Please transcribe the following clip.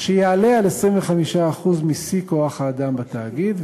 שיעלה על 25% משיא כוח-האדם בתאגיד,